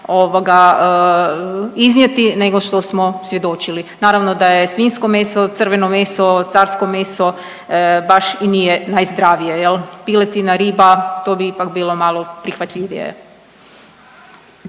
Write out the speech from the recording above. iznijeti nego što smo svjedočili. Naravno da je svinjsko meso, crveno meso, carsko meso baš i nije najzdravije jel, piletina, riba to bi ipak bilo malo prihvatljivije.